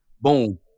Boom